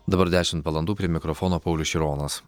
dabar dešimt valandų prie mikrofono paulius šironas